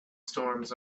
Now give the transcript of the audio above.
storms